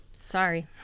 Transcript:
sorry